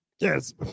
Yes